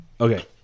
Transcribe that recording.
Okay